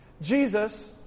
jesus